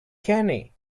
kenny